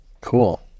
Cool